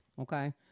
Okay